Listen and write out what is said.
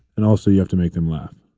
and also you have to make them laugh.